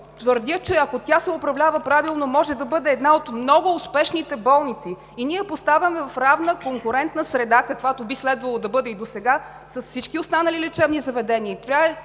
Твърдя, че, ако тя се управлява правилно, може да бъде една от много успешните болници. Ние я поставяме в равна, конкурентна среда, каквато би следвало да бъде и досега, с всички останали лечебни заведения.